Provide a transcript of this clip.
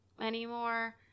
anymore